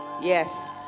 yes